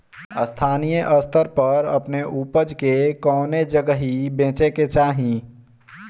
स्थानीय स्तर पर अपने ऊपज के कवने जगही बेचे के चाही?